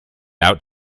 out